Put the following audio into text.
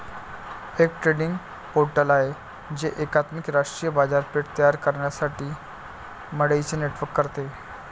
एक trading portal आहे जे एकात्मिक राष्ट्रीय बाजारपेठ तयार करण्यासाठी मंडईंचे नेटवर्क करते